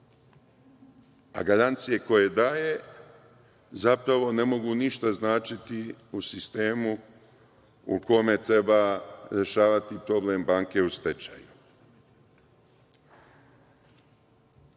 a garancije koje daje zapravo ne mogu ništa značiti u sistemu u kome treba rešavati problem banke u stečaju.